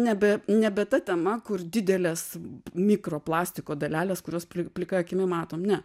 nebe nebe ta tema kur didelės mikroplastiko dalelės kurios pli plika akimi matom ne